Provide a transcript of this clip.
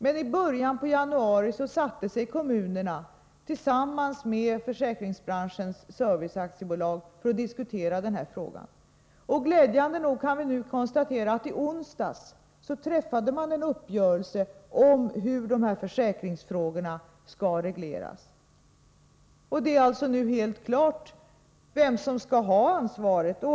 Men i början av januari satte sig företrädare för kommunerna tillsammans med Försäkringsbranschens Service AB för att diskutera frågan. Glädjande nog kan vi nu konstatera att man i onsdags träffade en uppgörelse om hur försäkringsfrågorna skall regleras. Det är alltså nu helt klart vem som skall ha ansvaret.